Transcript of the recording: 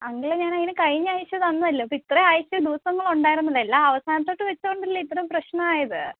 അങ്കിളേ ഞാൻ അതിന് കഴിഞ്ഞ ആഴ്ച തന്നതല്ലേ ഇപ്പോൾ ഇത്ര ആഴ്ച ദിവസങ്ങൾ ഉണ്ടായിരുന്നല്ലോ എല്ലാം അവസാനത്തോട്ട് വെച്ചതുകൊണ്ടല്ലേ ഇത്രയും പ്രശ്നമായത്